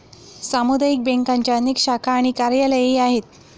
सामुदायिक बँकांच्या अनेक शाखा आणि कार्यालयेही आहेत